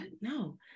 no